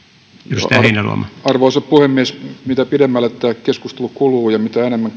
arvoisa puhemies mitä pidemmälle tämä keskustelu kuluu ja mitä enemmän